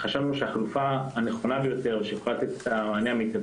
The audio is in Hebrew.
וחשבנו שהחלופה שיכולה לתת את המענה הטוב